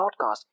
podcast